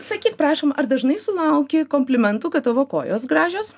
sakyk prašom ar dažnai sulauki komplimentų kad tavo kojos gražios